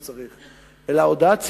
תקבל הודעת סיכום,